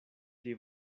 pli